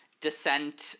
descent